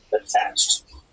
attached